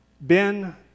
Ben